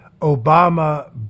Obama